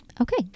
okay